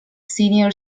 senior